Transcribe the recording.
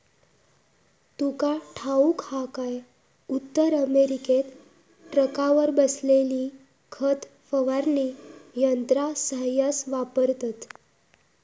तुका ठाऊक हा काय, उत्तर अमेरिकेत ट्रकावर बसवलेली खत फवारणी यंत्रा सऱ्हास वापरतत